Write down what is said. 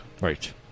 right